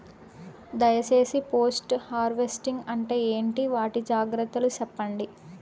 దయ సేసి post harvesting అంటే ఏంటి? వాటి జాగ్రత్తలు సెప్పండి?